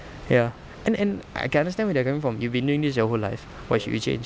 ya and and I can understand where they're are going from we've been doing this our whole life why should we change